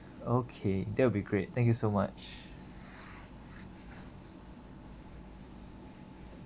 okay that will be great thank you so much